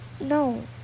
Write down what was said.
no